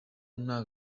nta